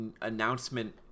announcement